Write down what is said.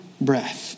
breath